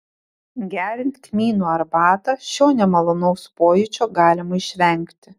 geriant kmynų arbatą šio nemalonaus pojūčio galima išvengti